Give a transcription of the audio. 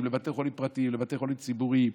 לבתי חולים פרטיים לבתי חולים ציבוריים,